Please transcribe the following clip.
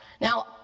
Now